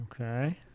Okay